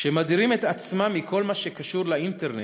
שמדירים את עצמם מכל מה שקשור לאינטרנט,